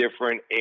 different